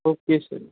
okay sir